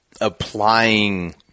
applying